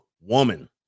woman